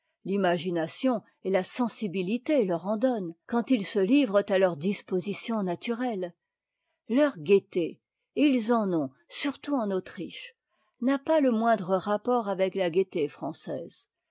l'imagination et la sensibilité leur en donnent quand ils se livrent à leurs dispositions naturelles leur gaieté et i s en ont surtout en autriche n'a pas le moindre rapport avec la gaieté française